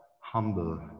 humble